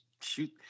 shoot